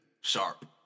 Sharp